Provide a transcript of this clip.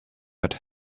that